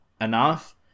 enough